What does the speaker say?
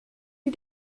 die